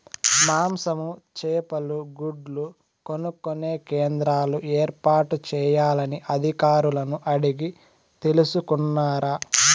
మాంసము, చేపలు, గుడ్లు కొనుక్కొనే కేంద్రాలు ఏర్పాటు చేయాలని అధికారులను అడిగి తెలుసుకున్నారా?